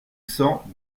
cent